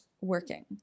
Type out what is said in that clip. working